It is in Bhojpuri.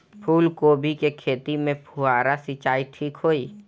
फूल गोभी के खेती में फुहारा सिंचाई ठीक होई?